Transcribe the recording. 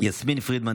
יסמין פרידמן,